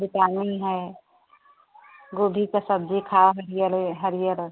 vitamin है गोभी का सब्ज़ी खाओ हरियरे हरियर